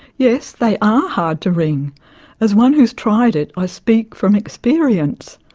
yes, they are hard to ring as one who's tried it, i speak from experience.